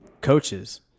coaches